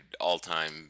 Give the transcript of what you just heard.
all-time